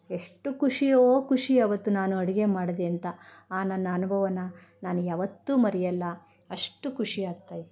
ಎಷ್ಟು ಖುಷಿಯೋ ಖುಷಿ ಅವತ್ತು ನಾನು ಅಡುಗೆ ಮಾಡಿದೆ ಅಂತ ಆ ನನ್ನ ಅನುಭವನ ನಾನು ಯಾವತ್ತೂ ಮರೆಯೋಲ್ಲ ಅಷ್ಟು ಖುಷಿಯಾಗ್ತಾಯಿತ್ತು